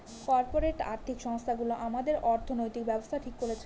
corporate আর্থিক সংস্থানগুলো আমাদের অর্থনৈতিক ব্যাবস্থা ঠিক করছে